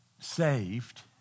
saved